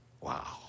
Wow